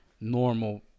normal